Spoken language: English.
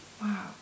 Wow